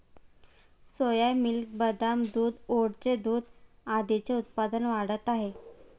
सोया milk, बदाम दूध, ओटचे दूध आदींचे उत्पादन वाढत आहे